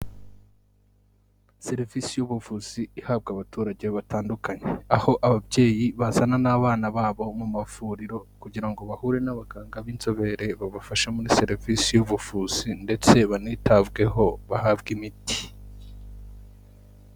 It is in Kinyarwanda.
Serivisi y'ubuvuzi ihabwa abaturage batandukanye; aho ababyeyi bazana n'abana babo mu mavuriro kugira ngo bahure n'abaganga b'inzobere; babafashe muri serivisi y'ubuvuzi ndetse banitabweho bahabwa imiti.